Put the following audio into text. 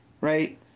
right